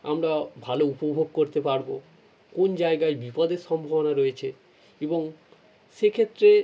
আমরা ভালো উপভোগ করতে পারবো কোন জায়গায় বিপদের সম্ভবনা রয়েছে এবং সেক্ষেত্রে